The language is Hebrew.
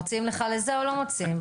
מוציאים לך לזה או לא מוציאים?